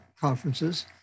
conferences